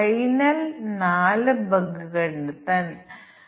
ഒന്നിലധികം പ്രവർത്തനങ്ങൾ ഉണ്ടാകാം അത് സംഭവിച്ചേക്കാം